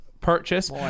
Purchase